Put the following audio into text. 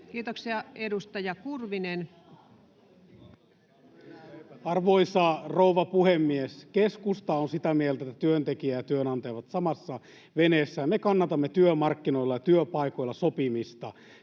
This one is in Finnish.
Time: 14:32 Content: Arvoisa rouva puhemies! Keskusta on sitä mieltä, että työntekijät ja työnantajat ovat samassa veneessä. Me kannatamme työmarkkinoilla ja työpaikoilla sopimista.